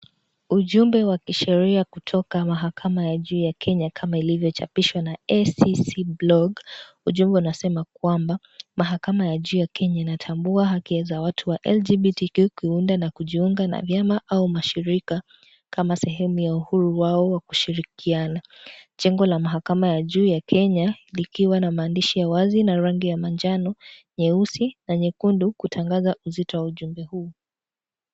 Ujumbe wa kisheria kutoka mahakama ya juu ya Kenya kama ilivyochapishwa na SCC blog . Ujumbe unasema kwamba mahakama ya juu ya Kenya inatambua haki za watu wa LGBTQ kuunda na kujiunga na vyama au mashirika kama sehemu ya uhuru wao wa kushirikiana. Jengo la mahakama ya juu ya Kenya likiwa na maandishi ya wazi na rangi ya manjano, nyeusi na nyekundu kutangaza uzito wa ujumbe huu.